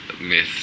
myth